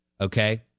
Okay